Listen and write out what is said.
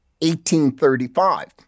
1835